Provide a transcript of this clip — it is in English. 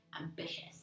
ambitious